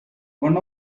one